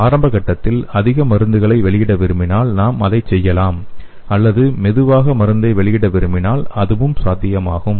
ஆரம்ப கட்டத்தில் அதிக மருந்துகளை வெளியிட விரும்பினால் நாம் அதைச் செய்யலாம் அல்லது மெதுவாக மருந்தை வெளியிட விரும்பினால் அதுவும் சாத்தியமாகும்